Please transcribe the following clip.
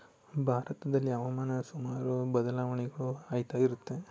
ಭಾರತದಲ್ಲಿ ಹವಾಮಾನ ಸುಮಾರು ಬದಲಾವಣೆಗಳು ಆಗ್ತಾ ಇರುತ್ತೆ